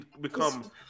become